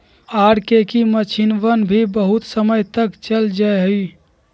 R K की मक्षिणवन भी बहुत समय तक चल जाहई